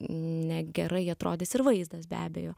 negerai atrodys ir vaizdas be abejo